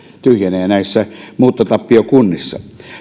tyhjenevät näissä muuttotappiokunnissa